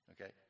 Okay